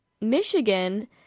Michigan